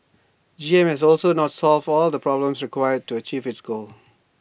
G M has also not solved all the problems required to achieve its goal